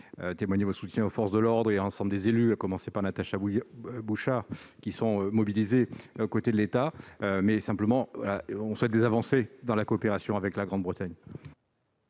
témoigné votre soutien aux forces de l'ordre et à l'ensemble des élus- à commencer par Natacha Bouchart -qui sont mobilisés aux côtés de l'État. Cela étant, nous souhaitons vraiment des avancées dans la coopération avec la Grande-Bretagne.